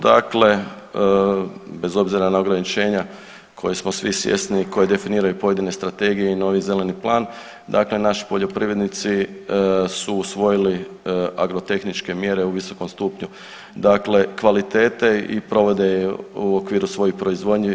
Dakle, bez obzira na ograničenja koja smo svi svjesni, koje definiraju pojedine strategije i novi zeleni plan, dakle naši poljoprivrednici su usvojili agrotehničke mjere u visokom stupnju, dakle kvalitete i provode je u okviru svoje proizvodnje.